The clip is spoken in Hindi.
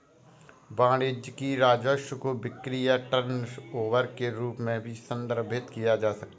वाणिज्यिक राजस्व को बिक्री या टर्नओवर के रूप में भी संदर्भित किया जा सकता है